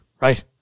Right